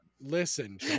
Listen